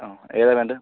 ആ ഏതാ വേണ്ടേ